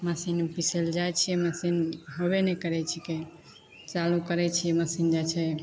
मशीनमे पिसैले जाइ छिए मशीन होबे नहि करै छिकै चालू करै छिए मशीन जाइ छै